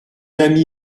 ami